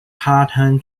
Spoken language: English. tartan